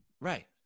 Right